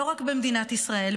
לא רק במדינת ישראל,